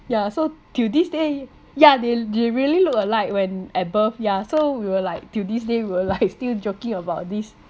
ya so till this day yeah they they really look alike when at birth ya so we were like till this day we will like still joking about this